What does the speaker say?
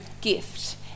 gift